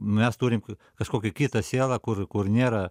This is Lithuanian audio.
mes turim kažkokią kitą sielą kur kur nėra